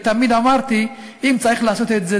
ותמיד אמרתי: אם צריך לעשות את זה,